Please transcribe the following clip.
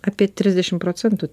apie trisdešimt procentų